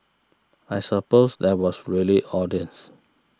I suppose there was really audience